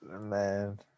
Man